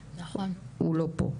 הוא לא פה?